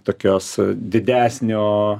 tokios didesnio